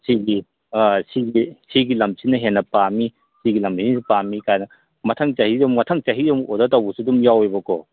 ꯁꯤꯒꯤ ꯁꯤꯒꯤ ꯁꯤꯒꯤ ꯂꯝꯁꯤꯅ ꯍꯦꯟꯅ ꯄꯥꯝꯃꯤ ꯁꯤꯒꯤ ꯂꯝꯁꯤꯅ ꯄꯥꯝꯃꯤꯒꯥꯏꯅ ꯃꯊꯪ ꯆꯍꯤ ꯑꯃꯨꯛ ꯑꯣꯗꯔ ꯇꯧꯕꯁꯨ ꯑꯗꯨꯝ ꯌꯥꯎꯋꯦꯕꯀꯣ